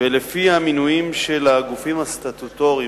ולפיה המינויים של הגופים הסטטוטוריים